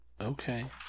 Okay